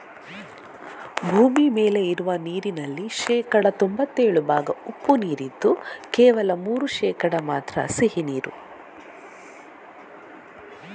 ಭೂಮಿ ಮೇಲೆ ಇರುವ ನೀರಿನಲ್ಲಿ ಶೇಕಡಾ ತೊಂಭತ್ತೇಳು ಭಾಗ ಉಪ್ಪು ನೀರಿದ್ದು ಕೇವಲ ಮೂರು ಶೇಕಡಾ ಮಾತ್ರ ಸಿಹಿ ನೀರು